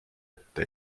ette